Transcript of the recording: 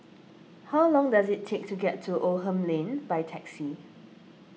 how long does it take to get to Oldham Lane by taxi